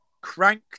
Crank